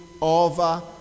over